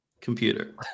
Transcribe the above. computer